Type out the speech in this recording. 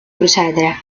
procedere